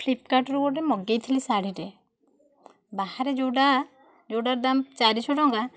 ଫ୍ଲିପକାର୍ଟରୁ ଗୋଟିଏ ମଗେଇଥିଲି ଶାଢ଼ୀଟିଏ ବାହାରେ ଯେଉଁଟା ଯେଉଁଟାର ଦାମ ଚାରିଶହ ଟଙ୍କା